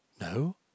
No